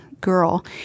girl